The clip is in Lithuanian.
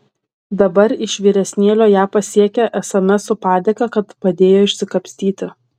dabar iš vyresnėlio ją pasiekią sms su padėka kad padėjo išsikapstyti